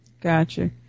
Gotcha